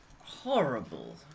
horrible